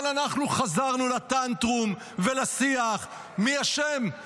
אבל אנחנו חזרנו לטנטרום ולשיח מי אשם.